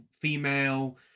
female